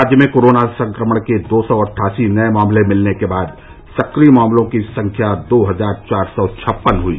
राज्य में कोरोना संक्रमण के दो सौ अट्ठासी नए मामले मिलने के बाद सक्रिय मामलों की संख्या दो हजार चार सौ छप्पन हुई